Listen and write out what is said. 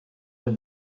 when